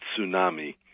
tsunami